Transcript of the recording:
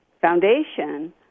foundation